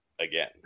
again